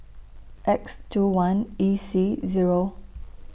X two one E C Zero